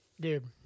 Dude